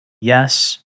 Yes